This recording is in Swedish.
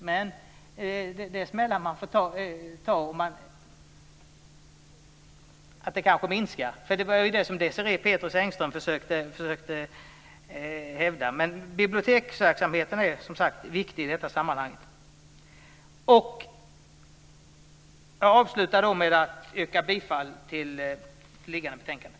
Sedan finns det smällar som man får ta - det kan ju också bli en minskning. Det var väl det som Desirée Pethrus Engström försökte hävda. Biblioteksverksamheten är, som sagt, viktig i det här sammanhanget. Avslutningsvis yrkar jag bifall till hemställan i föreliggande betänkande.